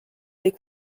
des